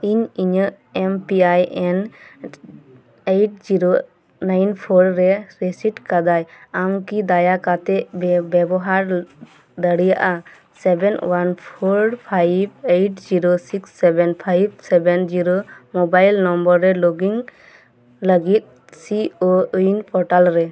ᱤᱧ ᱤᱧᱟᱹᱜ M P I N eight zero nine four ᱨᱮᱧ ᱨᱤᱥᱮᱴ ᱟᱠᱟᱫᱟ ᱟᱢᱠᱤ ᱫᱟᱭᱟ ᱠᱟᱛᱮᱫ ᱵᱮ ᱵᱮᱵᱚᱦᱟᱨ ᱫᱟᱲᱮᱭᱟᱜᱼᱟ seven one four five eight zero six seven five seven zero mobile number ᱨᱮ ᱞᱚᱜᱤᱱ ᱞᱟᱹᱜᱤᱫ ᱥᱤ ᱳ ᱩᱭᱤᱱ ᱯᱳᱨᱴᱟᱞ ᱨᱮ